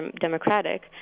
Democratic